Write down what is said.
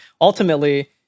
ultimately